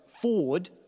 forward